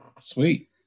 sweet